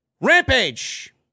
Rampage